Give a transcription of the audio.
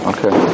Okay